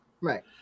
Right